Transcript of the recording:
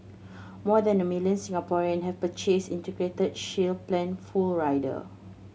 more than a million Singaporean have purchased Integrated Shield Plan full rider